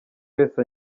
wese